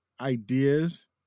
ideas